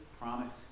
promise